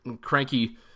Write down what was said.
cranky